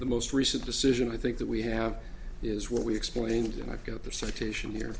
the most recent decision i think that we have is what we explain